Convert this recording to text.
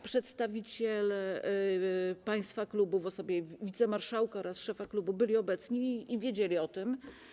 Przedstawiciele państwa klubu w osobie wicemarszałka oraz szefa klubu byli obecni i wiedzieli o tym.